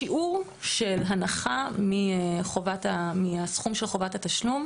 שיעור של הנחה מהסכום של חובת התשלום